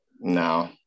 No